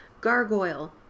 Gargoyle